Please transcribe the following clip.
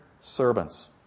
servants